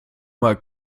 mal